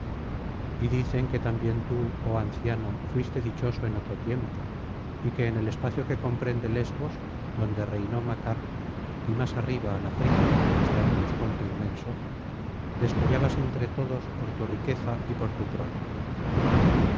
y dicen que también tú oh anciano fuiste dichoso en otro tiempo y que en el espacio que comprende lesbos donde reinó macar y más arriba la frigia hasta el helesponto inmenso descollabas entre todos por tu riqueza y por tu prole mas